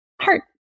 heart